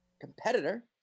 competitor